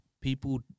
people